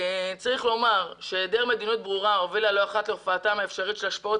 צריך לומר שהיעדר מדיניות ברורה הובילה לא אחת להופעתן האפשרית של השקעות